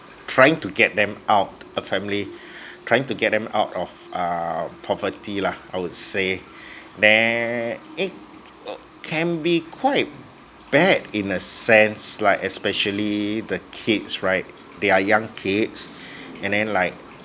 trying to get them out a family trying to get them out of uh poverty lah I would say then it can be quite bad in a sense like especially the kids right they are young kids and then like